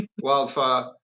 Wildfire